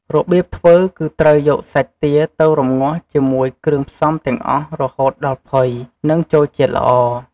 របៀបធ្វើគឺត្រូវយកសាច់ទាទៅរំងាស់ជាមួយគ្រឿងផ្សំទាំងអស់រហូតដល់ផុយ និងចូលជាតិល្អ។